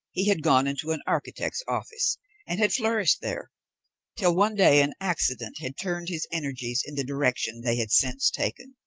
he had gone into an architect's office and had flourished there till one day an accident had turned his energies in the direction they had since taken.